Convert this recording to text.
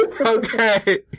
Okay